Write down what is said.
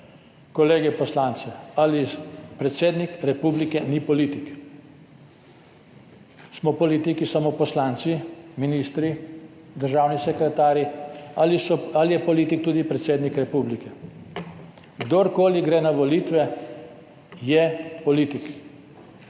kolege poslance – ali predsednik republike ni politik? Smo politiki samo poslanci, ministri, državni sekretarji ali je politik tudi predsednik republike? Kdorkoli gre na volitve, je politik.